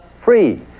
free